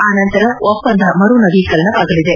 ಆ ನಂತರ ಒಪ್ಪಂದ ಮರು ನವೀಕರಣವಾಗಲಿದೆ